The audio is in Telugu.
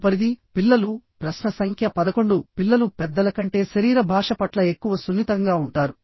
తదుపరిది పిల్లలు ప్రశ్న సంఖ్య 11 పిల్లలు పెద్దల కంటే శరీర భాష పట్ల ఎక్కువ సున్నితంగా ఉంటారు